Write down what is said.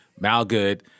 Malgood